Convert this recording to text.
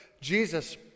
Jesus